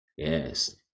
Yes